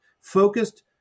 focused